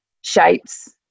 shapes